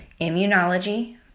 immunology